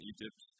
Egypt